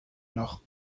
noch